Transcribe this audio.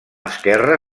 esquerra